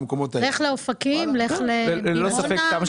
אופקים, דימונה.